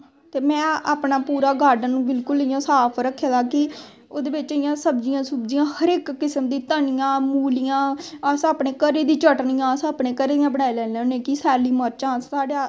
ते में अपनी पूरा गार्डन बिल्कुल इयां साफ रक्खे दा कि ओह्दे बिच्च इयां सब्जियां सुब्जियां हर इक किस्म दी धनियां मूलियां अस अपने घरे दियां चटनियां अस अपने घरे दियां बनाई लैन्ने होन्ने कि सैल्लै मर्चां साढ़ा अपना